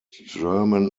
german